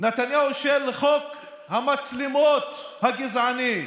נתניהו של חוק המצלמות הגזעני,